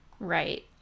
Right